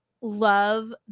love